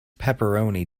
pepperoni